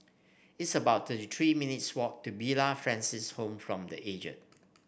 it's about thirty three minutes' walk to Villa Francis Home for The Aged